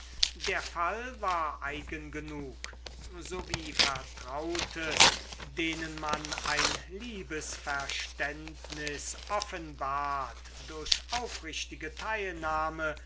der fall war eigen genug so wie vertraute denen man ein liebesverständnis offenbart durch aufrichtige teilnahme